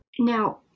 Now